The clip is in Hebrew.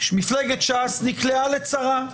מפלגת ש"ס נקלעה לצרה.